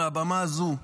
מהבמה הזו,